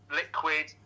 liquid